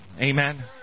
Amen